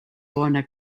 bona